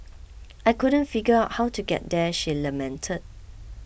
I couldn't figure out how to get there she lamented